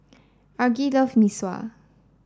Argie loves Mee Sua